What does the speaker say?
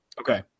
Okay